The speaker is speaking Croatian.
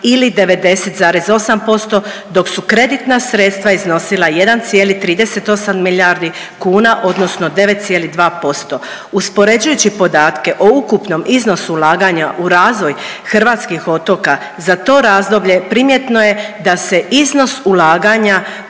ili 90,8% dok su kreditna sredstva iznosila 1,38 milijardi kuna odnosno 9,2%. Uspoređujući podatke o ukupnom iznosu ulaganja u razvoj hrvatskih otoka za to razdoblje primjetno je da se iznos ulaganja